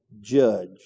judge